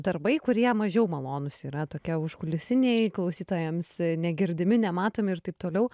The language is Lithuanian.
darbai kurie mažiau malonūs yra tokie užkulisiniai klausytojams negirdimi nematomi ir taip toliau